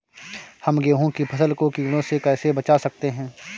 हम गेहूँ की फसल को कीड़ों से कैसे बचा सकते हैं?